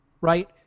right